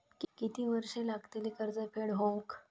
किती वर्षे लागतली कर्ज फेड होऊक?